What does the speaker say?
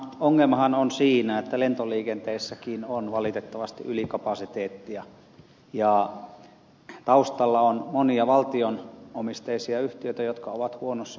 ongelmahan on siinä että lentoliikenteessäkin on valitettavasti ylikapasiteettia ja taustalla on monia valtionomisteisia yhtiöitä jotka ovat huonossa kunnossa